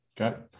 Okay